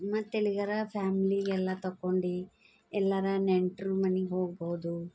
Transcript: ಮತ್ತೆಲ್ಲಿಗಾರ family ಎಲ್ಲ ತಗೊಂಡು ಎಲ್ಲಾರ ನೆಂಟ್ರ ಮನೆಗ್ ಹೋಗ್ಬೋದು